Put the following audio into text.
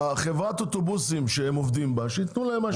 חברת האוטובוסים שהם עובדים בה שיתנו להם מה שהם רוצים.